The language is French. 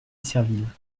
serville